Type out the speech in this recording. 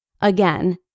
Again